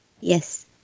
yes